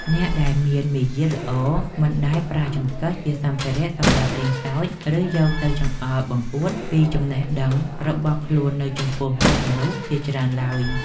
អ្នកដែលមានមារយាទល្អមិនដែលប្រើចង្កឹះជាសម្ភារៈសម្រាប់លេងសើច ឬ យកទៅចង្អុលបង្អួតពីចំណេះដឹងរបស់ខ្លួននៅចំពោះមុខមនុស្សជាច្រើនឡើយ។